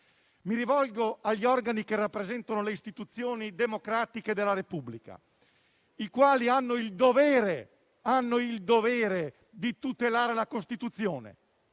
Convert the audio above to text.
Mi rivolgo agli organi che rappresentano le istituzioni democratiche della Repubblica, i quali hanno il dovere - lo sottolineo - di tutelare la Costituzione.